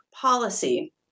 policy